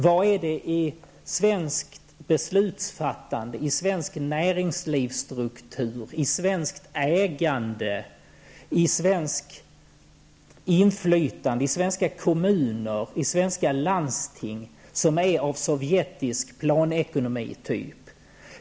Vad är det i svenskt beslutsfattande, i svensk näringslivsstruktur, i svenskt ägande, i svenskt inflytande, i svenska kommuner och i svenska landsting som är av sovjetisk planekonomityp?